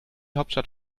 hauptstadt